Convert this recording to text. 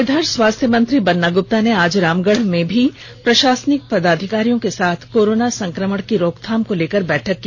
इधर स्वास्थ्य मंत्री बन्ना गुप्ता ने आज रामगढ़ में प्रशासनिक पदाधिकारियों के साथ कोरोना संक्रमण की रोकथाम को लेकर बैठक की